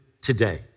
today